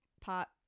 pot